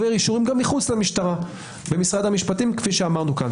וגם מחוצה לה במשרד המשפטים כפי שאמרנו.